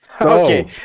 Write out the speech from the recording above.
Okay